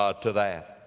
ah to that.